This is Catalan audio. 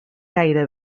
gaire